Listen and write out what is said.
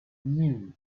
knew